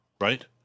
right